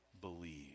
believe